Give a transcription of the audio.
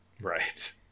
Right